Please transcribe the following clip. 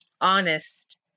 honest